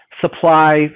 supply